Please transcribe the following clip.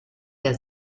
der